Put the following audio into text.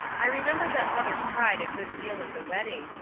i remember that mother cried a good deal at the wedding,